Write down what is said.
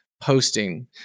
posting